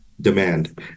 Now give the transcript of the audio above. demand